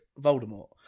Voldemort